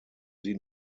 sie